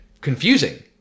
confusing